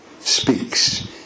speaks